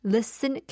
Listen